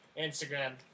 Instagram